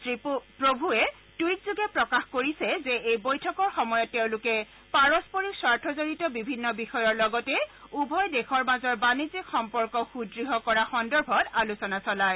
শ্ৰীপ্ৰভূৱে টুইটযোগে প্ৰকাশ কৰিছে যে এই বৈঠকৰ সময়ত তেওঁলোকে পাৰস্পৰিক স্বাৰ্থজড়িত বিভিন্ন বিষয়ৰ লগতে উভয় দেশৰ মাজৰ বাণিজ্যিক সম্পৰ্ক সুদ্য় কৰা সন্দৰ্ভত আলোচনা চলায়